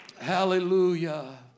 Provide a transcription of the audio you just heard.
Hallelujah